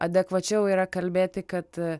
adekvačiau yra kalbėti kad